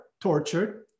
tortured